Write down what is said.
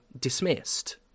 dismissed